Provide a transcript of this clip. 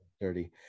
dirty